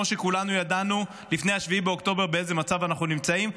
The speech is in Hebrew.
כמו שכולנו ידענו לפני ה-7 באוקטובר באיזה מצב אנחנו נמצאים.